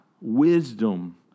wisdom